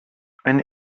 ein